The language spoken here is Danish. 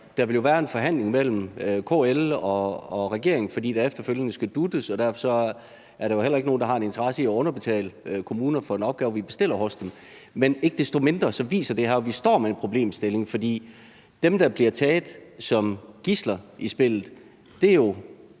der vil være en forhandling mellem KL og regeringen, fordi der efterfølgende skal dut'es, og derfor er der jo heller ikke nogen, der har en interesse i at underbetale kommunerne for en opgave, vi bestiller hos dem. Men ikke desto mindre viser det her, at vi står med en problemstilling, for dem, der bliver taget som gidsler i spillet, er jo